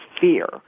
fear